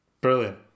Brilliant